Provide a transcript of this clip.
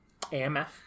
AMF